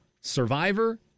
Survivor